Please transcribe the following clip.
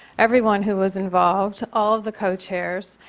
everyone who was involved, all of the co-chairs,